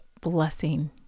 blessing